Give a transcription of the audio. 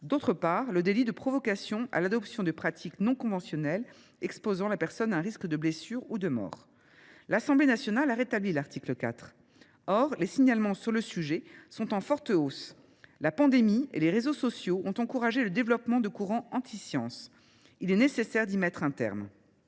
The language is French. d’autre part, du délit de provocation à l’adoption de pratiques non conventionnelles exposant la personne à un risque de blessures ou de mort. L’Assemblée nationale a rétabli l’article 4. Les signalements dans ce domaine sont en forte hausse ; la pandémie et les réseaux sociaux ont encouragé le développement de courants anti science. Il est nécessaire d’y mettre un terme.